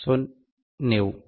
890 1